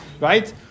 right